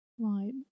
Right